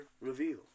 Reveal